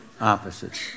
opposites